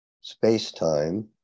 space-time